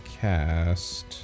cast